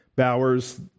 Bowers